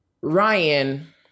Ryan